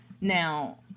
Now